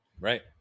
Right